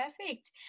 Perfect